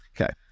Okay